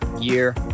year